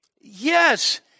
Yes